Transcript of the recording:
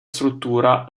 struttura